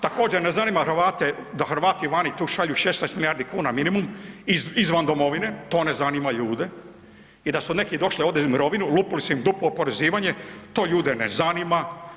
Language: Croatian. Također ne zanima Hrvate, da Hrvati vani tu šalju 16 milijardi kuna minimum izvan domovine, to ne zanima ljude i da su neki došli ovde u mirovinu, lupili su im duplo oporezivanje, to ljude ne zanima.